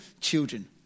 children